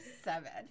seven